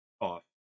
off